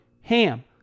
HAM